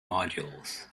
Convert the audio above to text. modules